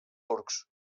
turcs